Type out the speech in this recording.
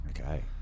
Okay